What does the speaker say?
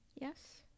Yes